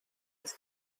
with